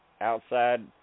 outside